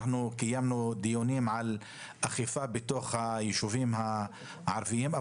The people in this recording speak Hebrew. קיימנו דיונים על אכיפה בתוך הישובים הערביים.